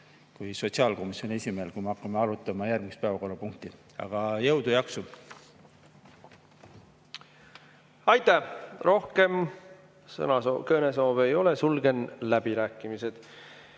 kui sotsiaalkomisjoni esimehel, kui me hakkame arutama järgmist päevakorrapunkti. Aga jõudu-jaksu! Aitäh! Rohkem kõnesoove ei ole, sulgen läbirääkimised.